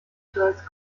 charles